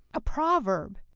a proverb,